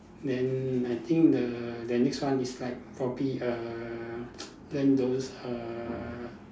then I think the the next one is like probably err learn those uh